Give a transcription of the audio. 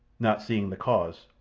not seeing the cause,